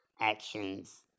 actions